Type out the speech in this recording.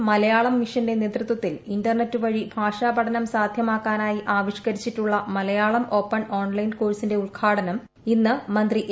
് കേർളത്തിൽ മലയാളം മിഷന്റെ നേതൃത്വത്തിൽ ഇന്റർനെറ്റ് പ്പിഴ് ഭാഷാപഠനം സാധൃമാക്കാനായി ആവിഷ്ക്കരിച്ചിട്ടുള്ള മ്ലൂ ്യാ്ളം ഓപ്പൺ ഓൺലൈൻ കോഴ്സിന്റെ ഉദ്ഘാടനം ഇന്ന് മന്ത്രി എ